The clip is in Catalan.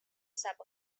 sap